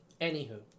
Anywho